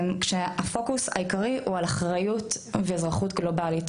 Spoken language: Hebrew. כשהפוקוס העיקרי הוא על אחריות ואזרחות גלובלית,